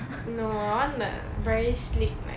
no I want the very sleek like worship how else and how you like